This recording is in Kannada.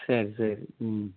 ಸರಿ ಸರಿ ಹ್ಞೂ